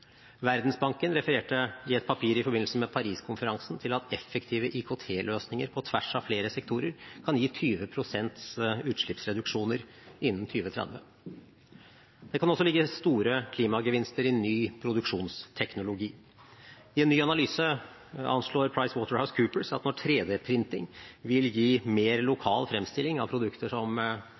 Verdensbanken refererte i et skriv i forbindelse med Paris-konferansen til at effektive IKT-løsninger på tvers av flere sektorer kan gi 20 pst. utslippsreduksjoner innen 2030. Det kan også ligge store klimagevinster i ny produksjonsteknologi. I en ny analyse anslår PricewaterhouseCoopers at når 3D-printing vil gi mer lokal fremstilling av produkter som